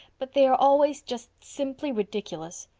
but they are always just simply ridiculous.